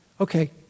okay